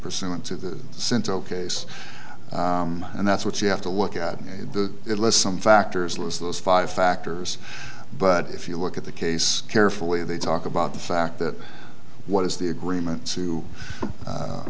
pursuant to the cental case and that's what you have to look at the it lets some factors list those five factors but if you look at the case carefully they talk about the fact that what is the agreement